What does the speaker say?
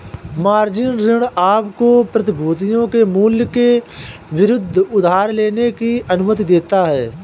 margin ऋण आपको प्रतिभूतियों के मूल्य के विरुद्ध उधार लेने की अनुमति देता है